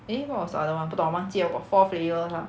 eh what was the other [one] 不懂忘记了 got four flavours lah